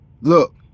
Look